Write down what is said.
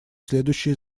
следующие